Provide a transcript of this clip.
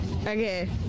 Okay